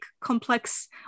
complex